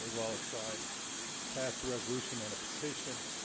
lalla tribe passed a resolution and a petition